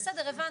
בסדר הבנו.